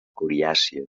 coriàcia